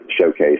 showcase